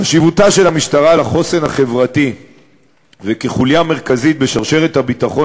חשיבותה של המשטרה לחוסן החברתי וכחוליה מרכזית בשרשרת הביטחון